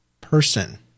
person